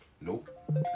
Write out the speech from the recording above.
Nope